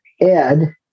Ed